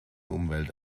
umwelt